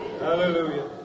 Hallelujah